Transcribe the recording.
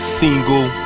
single